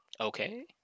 Okay